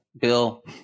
Bill